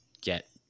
get